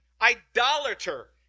idolater